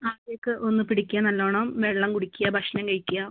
ആവിയൊക്കെ ഒന്ന് പിടിക്കുക നല്ലവണ്ണം വെള്ളം കുടിക്കുക ഭക്ഷണം കഴിക്കുക